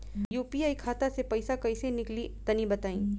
UPI खाता से पइसा कइसे निकली तनि बताई?